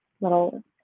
little